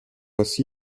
вас